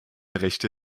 rechte